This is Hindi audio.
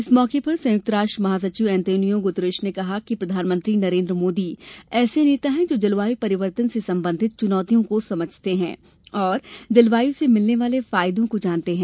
इस मौके पर संयुक्त राष्ट्र महासचिव अंतोनियो गुतरश ने कहा कि प्रधानमंत्री नरेन्द्र मोदी ऐसे नेता हैं जो जलवायु परिवर्तन से संबंधित चुनौतियों को समझते हैं और जलवायु से मिलने वाले फायदों को जानते हैं